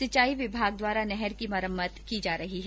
सिंचाई विभाग द्वारा नहर की मरम्मत की जा रही है